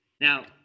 Now